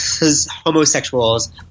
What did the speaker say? homosexuals